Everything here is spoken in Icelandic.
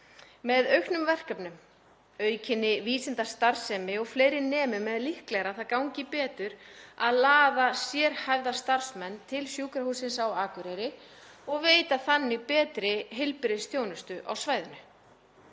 Með auknum verkefnum, aukinni vísindastarfsemi og fleiri nemum er líklegra að það gangi betur að laða sérhæfða starfsmenn til Sjúkrahússins á Akureyri og veita þannig betri heilbrigðisþjónustu á svæðinu.